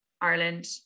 Ireland